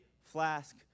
flask